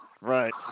right